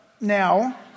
now